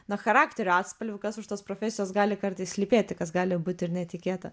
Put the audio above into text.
na charakterio atspalvių kas iš tos profesijos gali kartais slypėti kas gali būti ir netikėta